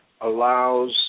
allows